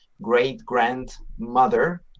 Great-grandmother